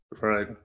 right